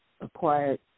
acquired